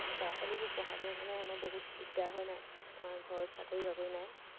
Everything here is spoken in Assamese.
কিন্তু ল'ৰা ছোৱালীবোৰ পঢ়াব কাৰণে আমাৰ বহুত দিগদাৰ হয় নাই আমাৰ ঘৰত চাকৰি বাকৰি নায়